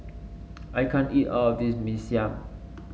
I can't eat all of this Mee Siam